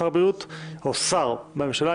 חוק ומשפט בדבר טענת נושא חדש בעת הדיון בהצעת חוק סמכויות